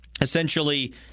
essentially